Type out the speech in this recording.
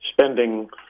spending